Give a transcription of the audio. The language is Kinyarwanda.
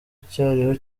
cyariho